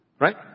right